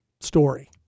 story